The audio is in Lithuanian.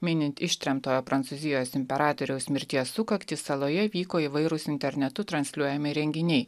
minint ištremtojo prancūzijos imperatoriaus mirties sukaktį saloje vyko įvairūs internetu transliuojami renginiai